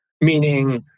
Meaning